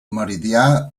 meridià